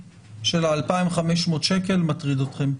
בסדר?